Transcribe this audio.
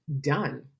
done